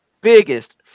biggest